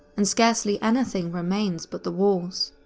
and scarcely any thing remains but the walls,